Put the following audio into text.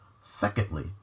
Secondly